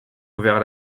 ouvert